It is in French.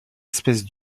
espèce